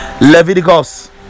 leviticus